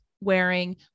Wearing